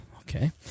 Okay